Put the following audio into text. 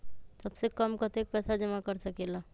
सबसे कम कतेक पैसा जमा कर सकेल?